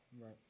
Right